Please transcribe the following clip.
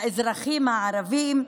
לאזרחים הערבים.